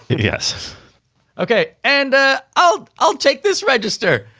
yes okay. and. oh i'll take this register.